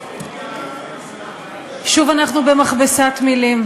שוב אנחנו במכבסת מילים.